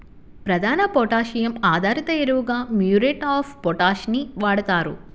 ప్రధాన పొటాషియం ఆధారిత ఎరువుగా మ్యూరేట్ ఆఫ్ పొటాష్ ని వాడుతారు